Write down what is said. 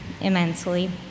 immensely